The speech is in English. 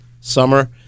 summer